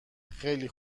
خیلی